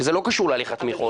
שזה לא קשור להליך התמיכות.